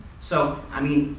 so i mean,